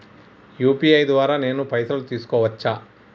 UPI ద్వారా నేను పైసలు తీసుకోవచ్చా?